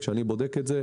כשאני בודק את זה,